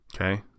Okay